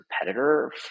competitor